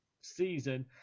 season